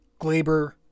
Glaber